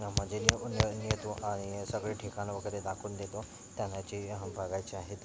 म्हणजे नन नेतो आणि सगळे ठिकाणं वगैरे दाखवून देतो त्यांना जी बघायचे आहेत